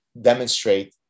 demonstrate